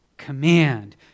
command